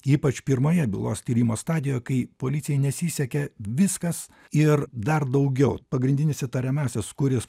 ypač pirmoje bylos tyrimo stadijoje kai policijai nesisekė viskas ir dar daugiau pagrindinis įtariamasis kuris